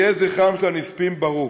יהא זכרם של הנספים ברוך.